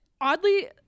oddly